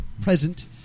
present